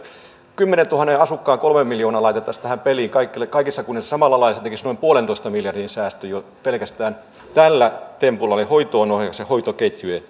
kymmeneentuhanteen asukkaan kolme miljoonaa laitettaisiin tähän peliin kaikissa kunnissa samalla lailla se tekisi noin yhden pilkku viiden miljardin säästöt jo pelkästään tällä tempulla eli hoitoonohjauksen ja hoitoketjujen